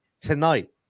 Tonight